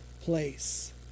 place